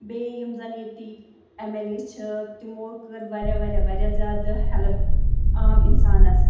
بیٚیہِ یِم زَن ییٚتِکۍ ایم ایل اے چھِ تِمو کٔر واریاہ واریاہ واریاہ زیادٕ ہیٚلٕپ عام اِنسانَس